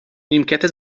نیمکت